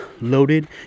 loaded